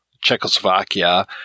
Czechoslovakia